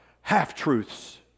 half-truths